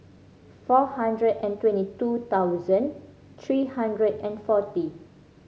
four hundred and twenty two thousand three hundred and forty